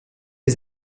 les